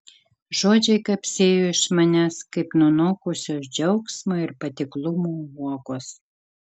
žodžiai kapsėjo iš manęs kaip nunokusios džiaugsmo ir patiklumo uogos